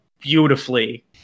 beautifully